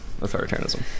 authoritarianism